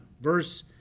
Verse